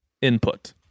Input